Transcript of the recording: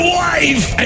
wife